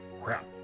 Crap